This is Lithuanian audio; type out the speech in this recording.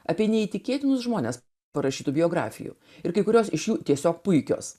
apie neįtikėtinus žmones parašytų biografijų ir kai kurios iš jų tiesiog puikios